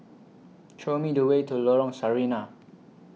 Show Me The Way to Lorong Sarina